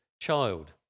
child